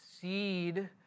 seed